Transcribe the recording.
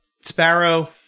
Sparrow